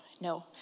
no